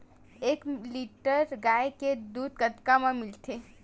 एक लीटर गाय के दुध कतका म मिलथे?